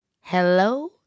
Hello